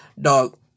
dog